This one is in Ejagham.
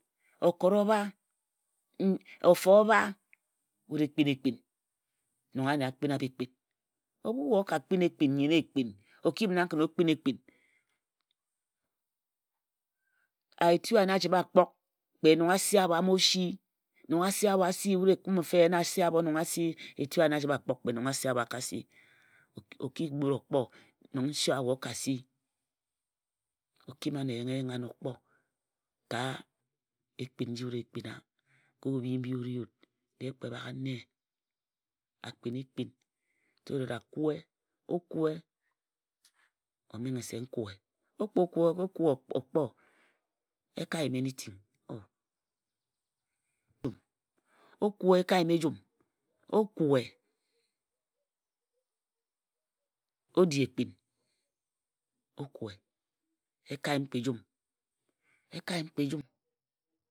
akpugha a kara oyebha-mbinghe ofa o bha wut e kpin e kpin. nong ane a kpina ekpin. ebhu we o ka kpin nnyen ekpin etu ane a chibhe a kpok kpe nong ase abho a bho si nong ase abho a sii nong wut e kumi mfa eyen nong ase a sii etu ane a chibhe a kpok kpe nong ase abho a ka si. o ki gbut o kpo nong nse owa oka si. o kim ano eyenghe-eyenghe o kpo ka ekpin nji wut e kpina. ka obhi mbi o ri wut. kpe baghe nne a kpin so dat a kue o menghe se n kue. o kpo kue o kpo e ka yim e ka yim anything. o kue e ka yim ejum. o kue, o di ekpin o kue e ka yim kpe ejum.